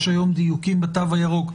יש היום דיוקים בתו הירוק,